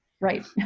Right